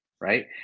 right